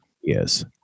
Yes